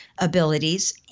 abilities